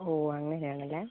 ഓ അങ്ങനെ ആണല്ലേ